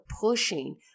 pushing